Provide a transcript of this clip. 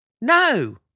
No